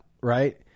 right